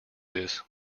this